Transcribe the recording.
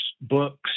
books